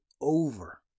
over